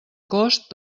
cost